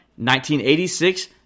1986